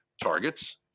targets